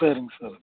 சரிங்க சார்